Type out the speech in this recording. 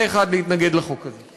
פה-אחד להתנגד לחוק הזה.